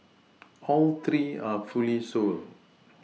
all three are fully sold